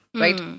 Right